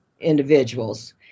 individuals